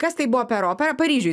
kas tai buvo per opera paryžiuj